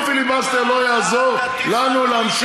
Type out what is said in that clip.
שום פיליבסטר לא יעצור בנו, אל תטיף לנו מוסר.